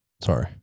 Sorry